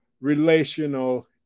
relational